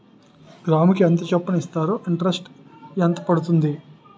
గ్రాముకి ఎంత చప్పున ఇస్తారు? ఇంటరెస్ట్ ఎంత పడుతుంది?